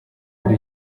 uri